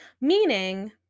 Meaning